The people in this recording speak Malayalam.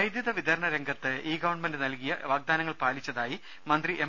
വൈദ്യുത വിതരണ രംഗത്ത് ഈ ഗവൺമെന്റ് നൽകിയ വാഗ്ദാനങ്ങൾ പാലിച്ചതായി മന്ത്രി എം